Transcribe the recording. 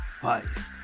five